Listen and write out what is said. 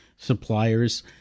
Suppliers